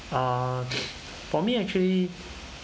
uh for me actually